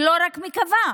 ולא רק מקווה,